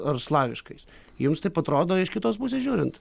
ar slaviškais jums taip atrodo iš kitos pusės žiūrint